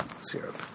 syrup